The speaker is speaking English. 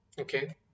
okay